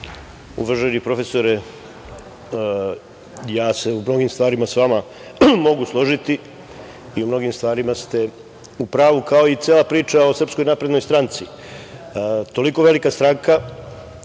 Uvaženi profesore, ja se u mnogim stvarima sa vama mogu složiti i u mnogim stvarima ste u pravu, kao i cela priča o Srpskoj naprednoj stranci. Toliko velika stranka